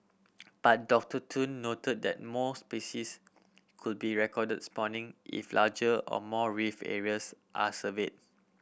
but Doctor Tun noted that more species could be recorded spawning if larger or more reef areas are surveyed